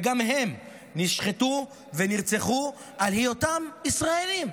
וגם הם נשחטו ונרצחו על היותם ישראלים.